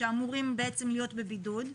שאמורים להיות בבידוד,